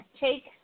take